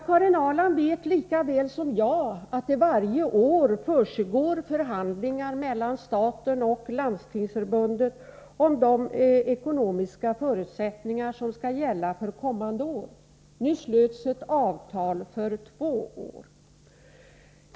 Karin Ahrland vet lika väl som jag att det varje år försiggår förhandlingar mellan staten och Landstingsförbundet om de ekonomiska förutsättningar som skall gälla för kommande år. Nu slöts ett avtal för två år.